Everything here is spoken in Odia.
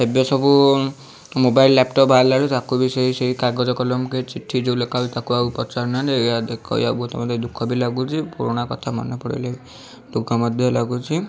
ଏବେ ସବୁ ମୋବାଇଲ ଲ୍ୟାପଟପ୍ ବାହାରିଲାବେଳୁ ତାକୁ ବି ସେଇ ସେଇ କାଗଜ କଲମ କି ଚିଠି ଯେଉଁ ଲେଖା ହୋଉଛି ତାକୁ ଆଉ ପଚାରୁନାହାଁନ୍ତି ଏଇଆ କହିବାକୁ ବହୁତ ମୋତେ ଦୁଃଖ ବି ଲାଗୁଛି ପୁରୁଣା କଥା ମନେ ପଡ଼ିଗଲେ ଦୁଃଖ ମଧ୍ୟ ଲାଗୁଛି